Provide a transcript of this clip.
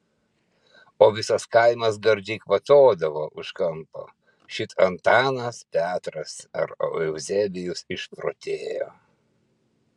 o visas kaimas gardžiai kvatodavo už kampo šit antanas petras ar euzebijus išprotėjo